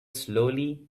slowly